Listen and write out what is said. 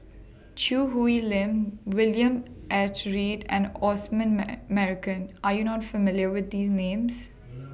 Choo Hwee Lim William H Read and Osman Merican Are YOU not familiar with These Names